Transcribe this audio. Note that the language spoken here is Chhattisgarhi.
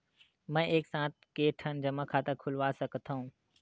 मैं एक साथ के ठन जमा खाता खुलवाय सकथव?